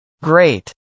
Great